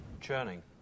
churning